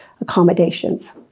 accommodations